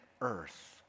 earth